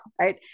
right